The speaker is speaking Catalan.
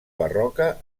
barroca